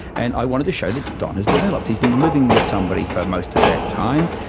and i wanted to show that don has developed. he's been living with somebody for most of that time.